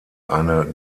eine